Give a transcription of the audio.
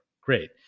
great